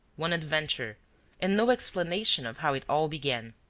one adventure and no explanation of how it all began.